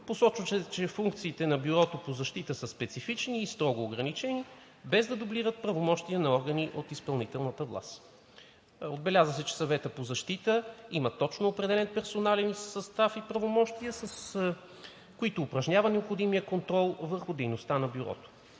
Посочва се, че функциите на Бюрото по защита са специфични и строго ограничени, без да дублират правомощията на органи от изпълнителната власт. Отбеляза се, че Съветът по защита има точно определен персонален състав и правомощия, с които упражнява необходимия контрол върху дейността на Бюрото